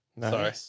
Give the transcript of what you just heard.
Sorry